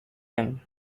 him